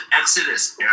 Exodus